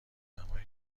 ادمایی